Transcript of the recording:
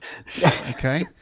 Okay